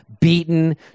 beaten